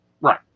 Right